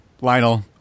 Lionel